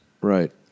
Right